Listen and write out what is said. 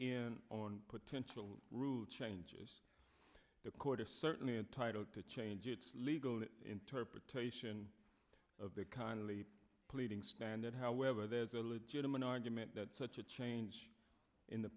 in on potential rule changes the court is certainly entitled to change its legal interpretation of the kindly pleading stand that however there is a legitimate argument that such a change in the